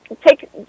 take